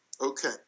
Okay